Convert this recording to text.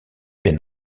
bien